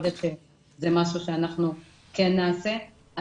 יכול להיות שזה משהו שאנחנו כן נעשה.